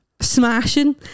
smashing